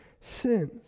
sins